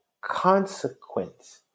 consequence